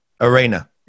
Arena